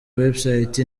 website